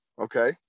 okay